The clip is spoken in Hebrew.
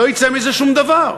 לא יצא מזה שום דבר.